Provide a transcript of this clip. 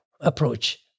approach